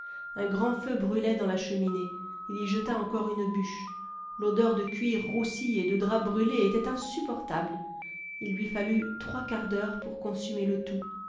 un grand feu brûlait dans la cheminée il y jeta encore une bûche l'odeur de cuir roussi et de drap brûlé était insupportable il lui fallut trois quarts d'heure pour consumer le tout